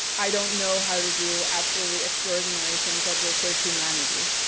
i don't know how to do absolutely extraordinary things that will save humanity,